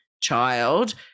child